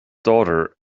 daughter